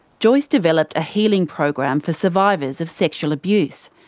joyce developed a healing program for survivors of sexual abuse.